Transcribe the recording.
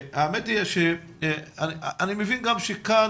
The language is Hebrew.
אני מבין גם שכאן,